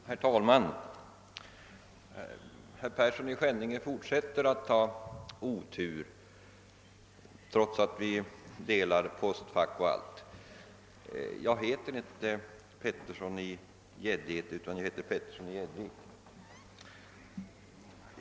Herr talman! Herr Persson i Skänninge fortsätter att ha otur, trots att vi delar postfack! Jag heter inte Petersson i Gäddede utan Petersson i Gäddvik.